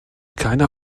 keine